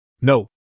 No